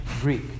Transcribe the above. Greek